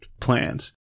plans